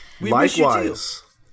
likewise